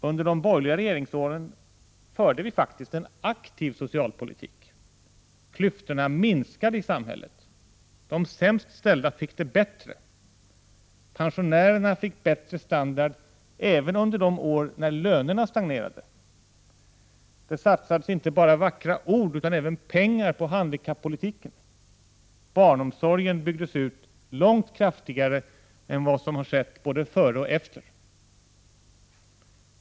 Under de borgerliga regeringsåren förde vi faktiskt en aktiv socialpolitik. Klyftorna minskade i samhället. De sämst ställda fick det bättre. Pensionärerna fick bättre standard, även under de år då lönerna stagnerade. Det satsades inte bara vackra ord utan även pengar på handikappolitiken. Barnomsorgen byggdes ut långt kraftigare än vad som har skett både före och efter.